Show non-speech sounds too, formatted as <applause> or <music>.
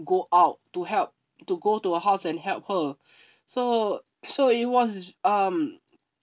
go out to help to go to her house and help her <breath> so so it was um